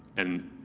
and